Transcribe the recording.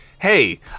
Hey